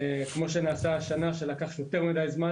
כמו שנעשה השנה שלקח יותר מידי זמן,